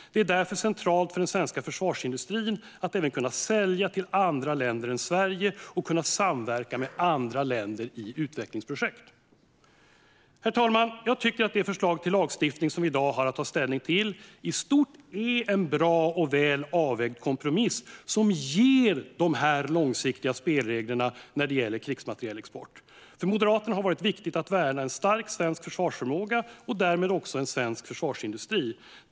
Det är därför centralt för den svenska försvarsindustrin att även kunna sälja till andra än Sverige och kunna samverka med andra länder i utvecklingsprojekt. Herr talman! Jag tycker att det förslag till lagstiftning som vi i dag har att ta ställning till i stort är en bra och väl avvägd kompromiss som ger långsiktiga spelregler när det gäller krigsmaterielexport. För Moderaterna har det varit viktigt att värna en stark svensk försvarsförmåga och därmed också svensk försvarsindustri.